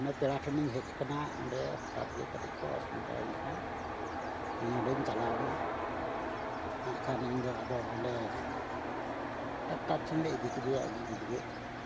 ᱱᱩᱭ ᱯᱮᱲᱟ ᱴᱷᱮᱱ ᱤᱧ ᱦᱮᱡ ᱟᱠᱟᱱᱟ ᱚᱸᱰᱮ ᱦᱚᱴᱟᱴ ᱜᱮ ᱠᱟᱹᱴᱤᱡ ᱠᱚ ᱚᱥᱩᱵᱤᱫᱷᱟᱹ ᱭᱮᱱ ᱠᱷᱟᱱ ᱤᱧ ᱚᱸᱰᱮᱧ ᱪᱟᱞᱟᱣ ᱮᱱᱟ ᱟᱨ ᱠᱷᱟᱡ ᱤᱧ ᱫᱚ ᱟᱫᱚ ᱚᱸᱰᱮ ᱰᱟᱠᱴᱟᱨ ᱴᱷᱮᱱ ᱞᱮ ᱤᱫᱤ ᱠᱮᱫᱮᱭᱟ ᱩᱱᱤ ᱜᱤᱫᱽᱨᱟᱹ